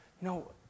no